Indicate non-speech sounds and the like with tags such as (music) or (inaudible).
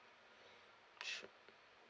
(breath) sure